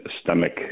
stomach